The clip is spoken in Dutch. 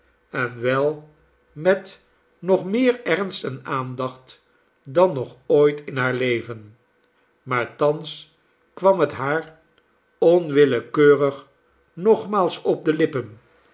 en wel met nog meer ernst en aandacht dan nog ooit in haar leven maar thans kwam het haar onwillekeurig nogmaals op de lippen